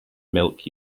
milk